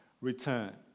return